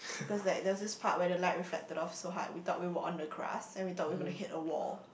because like there was this part where the light reflected off so hard we thought we were on the grass and we thought we gonna hit a wall